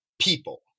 people